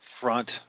front